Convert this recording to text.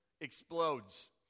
explodes